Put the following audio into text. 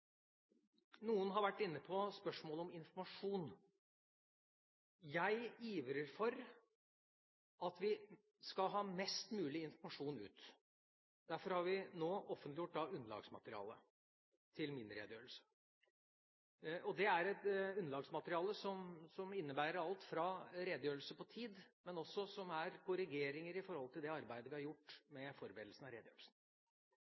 Noen har vært inne på spørsmålet om informasjon. Jeg ivrer for at vi skal ha mest mulig informasjon ut. Derfor har vi nå offentliggjort underlagsmaterialet til min redegjørelse. Det er et underlagsmateriale som innebærer alt fra redegjørelse på tid, men som også er korrigeringer i forhold til det arbeidet vi har gjort